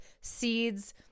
seeds